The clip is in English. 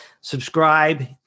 subscribe